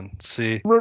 see